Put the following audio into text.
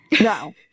No